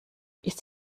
ist